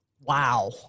Wow